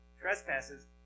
trespasses